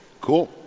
Cool